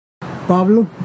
Pablo